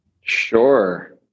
Sure